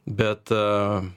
bet a